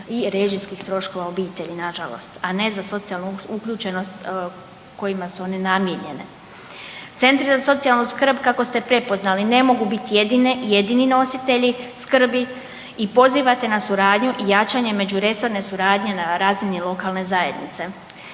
režijskih troškova obitelji nažalost, a ne za socijalnu uključenost kojima su one namijenjene. Centri za socijalnu skrb kako ste prepoznali ne mogu biti jedini nositelji skrbi i pozivate na suradnju i jačanje međuresorne suradnje na razini lokalne zajednice.